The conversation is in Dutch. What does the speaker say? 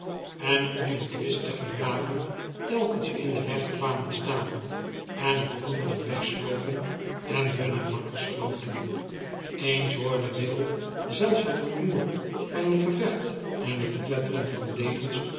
en om in twist te geraken telkens in den weg kwamen staan en nog anderen wegslopen en hunne makkers floten eens hoorde will zelfs het rumoer van een gevecht en het kletteren van degens